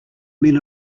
men